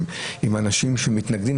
עם אנשים שמתנגדים,